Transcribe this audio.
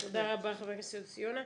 תודה רבה חבר הכנסת יוסי יונה.